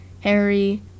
Harry